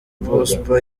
prosper